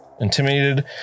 intimidated